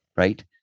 right